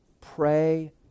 Pray